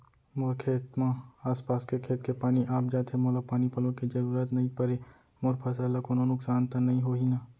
मोर खेत म आसपास के खेत के पानी आप जाथे, मोला पानी पलोय के जरूरत नई परे, मोर फसल ल कोनो नुकसान त नई होही न?